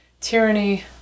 tyranny